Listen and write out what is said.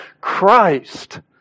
Christ